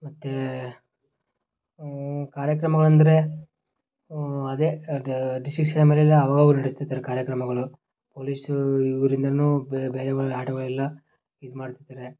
ಮತ್ತು ಕಾರ್ಯಕ್ರಮಗಳು ಅಂದರೆ ಅದೇ ಡಿಸ್ಟ್ರಿಕ್ಟ್ ಸ್ಟೇಡಿಯಮಿಂದ ಅವಾಗ ಅವಾಗ ನಡೆಸ್ತಿದ್ದಾರೆ ಕಾರ್ಯಕ್ರಮಗಳು ಪೊಲೀಸ್ ಇವರಿಂದಾನೂ ಬೇರೆ ಆಟಗಳೆಲ್ಲ ಇದುಮಾಡ್ತಾರೆ